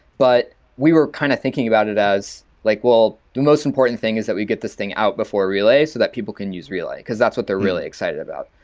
but we were kind of thinking about it as like, well, the most important thing is that we get this thing out before relay so that people can use relay, because that's what they're really excited about.